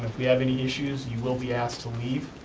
we have any issues, you will be asked to leave.